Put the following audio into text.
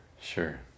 Sure